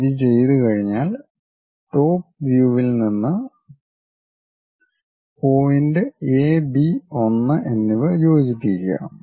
ഇത് ചെയ്തുകഴിഞ്ഞാൽ ടോപ് വ്യൂവിൽ പോയിന്റ് എ ബി 1 എന്നിവ യോജിപ്പിക്കുക